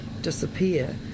disappear